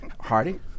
Hardy